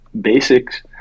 Basics